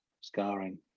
scarring